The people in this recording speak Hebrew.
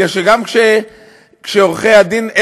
כי גם כשעורכי הדין,